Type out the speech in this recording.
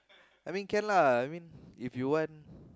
I mean can lah I mean if you want